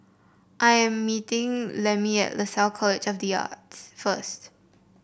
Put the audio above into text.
I am meeting Lemmie at Lasalle College of the Arts first